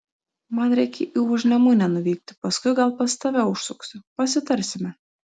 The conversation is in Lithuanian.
man reikia į užnemunę nuvykti paskui gal pas tave užsuksiu pasitarsime